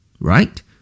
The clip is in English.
right